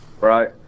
right